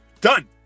Done